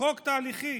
חוק תהליכי: